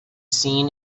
seen